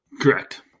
Correct